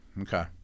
Okay